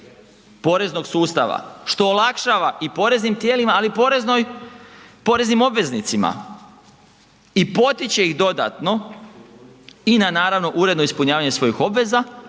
poreznog sustava što olakšava i poreznim tijelima ali i poreznim obveznicima i potiče ih dodatno i na naravno uredno ispunjavanje svojih obveza